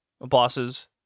bosses